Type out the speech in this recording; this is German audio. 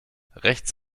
rechts